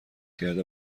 کرده